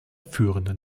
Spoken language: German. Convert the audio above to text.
führenden